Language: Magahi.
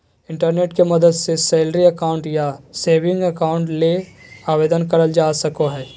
इंटरनेट के मदद से सैलरी अकाउंट या सेविंग अकाउंट ले आवेदन करल जा सको हय